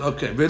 Okay